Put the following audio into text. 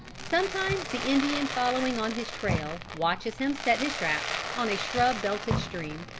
sometimes the indian following on his trail, watches him set his traps on a shrub-belted stream,